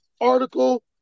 article